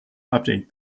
update